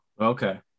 okay